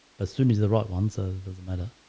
but sunnis the right one, so doesn't matter